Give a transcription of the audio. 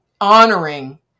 honoring